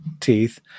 teeth